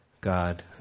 God